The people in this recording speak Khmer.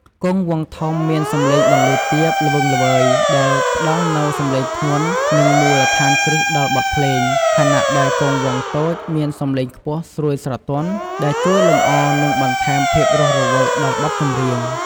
គងវង់ធំ មានសំឡេងបន្លឺ ទាប ល្វឹងល្វើយ ដែលផ្ដល់នូវសម្លេងធ្ងន់ និងមូលដ្ឋានគ្រឹះដល់បទភ្លេង ខណៈដែល គងវង់តូច មានសំឡេង ខ្ពស់ ស្រួយស្រទន់ ដែលជួយលម្អ និងបន្ថែមភាពរស់រវើកដល់បទចម្រៀង។